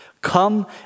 come